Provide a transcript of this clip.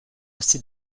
aussi